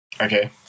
Okay